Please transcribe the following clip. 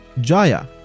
Jaya